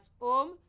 home